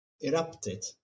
erupted